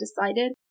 decided